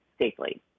safely